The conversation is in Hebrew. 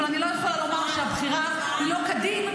אבל אני לא יכולה לומר שהבחירה היא לא כדין,